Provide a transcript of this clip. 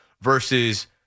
versus